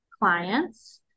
clients